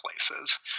places